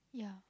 yeah